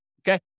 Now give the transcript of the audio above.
Okay